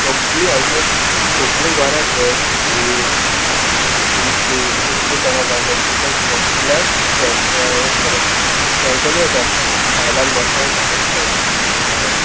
सोगलीं ऑलमोस्ट सोगलीं घरांय पय वि पोर्चुगीज टायमार बांदलोली ती तेंकां सोगल्यांक बॅल एश कोन्न बॅल्कनी अशें आसता भायलान बसपाक सोपें आसता हय